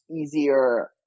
easier